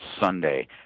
Sunday